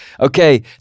okay